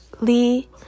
Lee